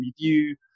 review